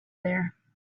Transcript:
there